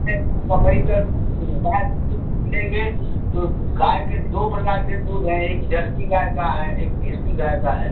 हमारे यहाँ बकरी का गाय का दूध मिलेंगे तो गाय के दो प्रकार के दूध हैं एक जर्सी गाय का है एक देसी गाय का है